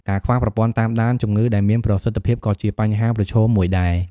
ការខ្វះប្រព័ន្ធតាមដានជំងឺដែលមានប្រសិទ្ធភាពក៏ជាបញ្ហាប្រឈមមួយដែរ។